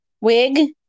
Wig